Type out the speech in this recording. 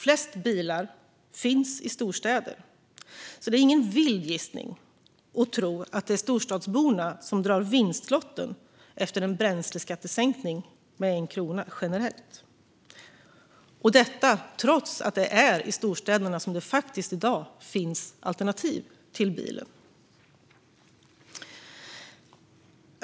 Flest bilar finns ju i storstäder, så det är ingen vild gissning att det är storstadsborna som drar vinstlotten efter en bränsleskattesänkning med 1 krona generellt, trots att det är i storstäderna som det i dag faktiskt finns alternativ till bilen.